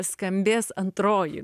skambės antroji